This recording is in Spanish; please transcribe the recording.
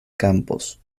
campos